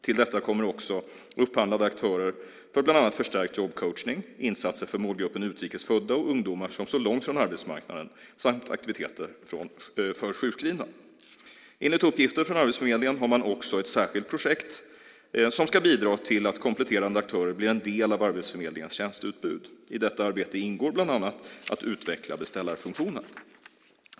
Till detta kommer också upphandlade aktörer för bland annat förstärkt jobbcoachning, insatser för målgruppen utrikes födda och ungdomar som står långt från arbetsmarknaden samt aktiviteter för sjukskrivna. Enligt uppgifter från Arbetsförmedlingen har man också ett särskilt projekt som ska bidra till att kompletterande aktörer blir en del av Arbetsförmedlingens tjänsteutbud. I detta arbete ingår bland annat att utveckla beställarfunktionen.